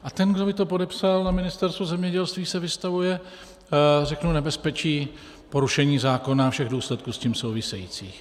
A ten, kdo by to podepsal na Ministerstvu zemědělství, se vystavuje nebezpečí porušení zákona a všech důsledků s tím souvisejících.